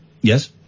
Yes